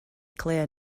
clear